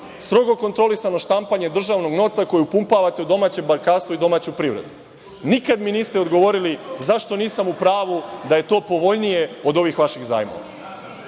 strogo kontrolisano štampanje državnog novca koji upumpavate u domaće bankarstvo i domaću privredu. Nikada mi niste odgovorili zašto nisam u pravu da je to povoljnije od ovih vaših zajmova.